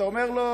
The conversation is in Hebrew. אתה אומר לו: